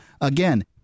Again